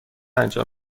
انجام